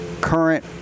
current